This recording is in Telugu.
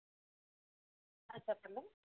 చెప్పండి